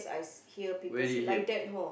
where did you hear